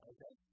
Okay